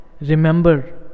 remember